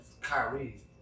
Kyrie